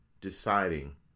deciding